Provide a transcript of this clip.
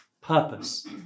purpose